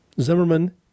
Zimmerman